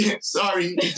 Sorry